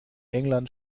england